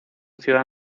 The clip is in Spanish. ciudad